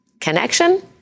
Connection